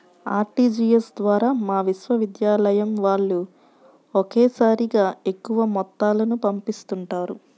RTGS ద్వారా మా విశ్వవిద్యాలయం వాళ్ళు ఒకేసారిగా ఎక్కువ మొత్తాలను పంపిస్తుంటారు